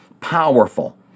powerful